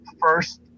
first